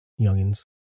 youngins